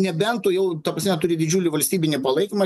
nebent tu jau ta prasme turi didžiulį valstybinį palaikymą